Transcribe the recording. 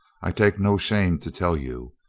i take no shame to tell you.